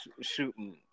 shooting